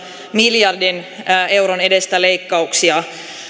miljardin euron edestä leikkauksia